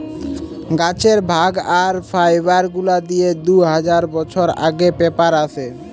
গাছের ভাগ আর ফাইবার গুলা দিয়ে দু হাজার বছর আগে পেপার আসে